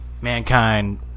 mankind